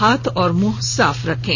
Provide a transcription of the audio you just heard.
हाथ और मुंह साफ रखें